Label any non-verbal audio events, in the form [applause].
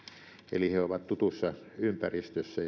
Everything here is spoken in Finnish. eli he ovat tutussa ympäristössä [unintelligible]